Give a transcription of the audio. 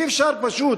אי-אפשר, פשוט,